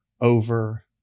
over